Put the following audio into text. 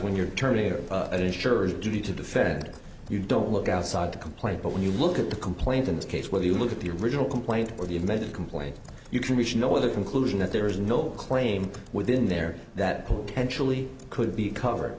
when you're turning into an insurer duty to defend you don't look outside to complain but when you look at the complaint in this case where you look at the original complaint or the amended complaint you can reach no other conclusion that there is no claim within there that potentially could be covered